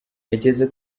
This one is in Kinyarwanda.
ntekereza